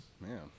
Man